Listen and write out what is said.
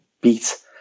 beat